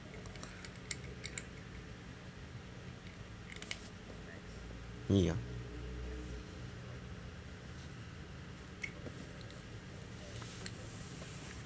ya